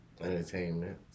entertainment